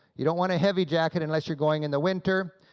you don't want a heavy jacket unless you're going in the winter.